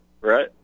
right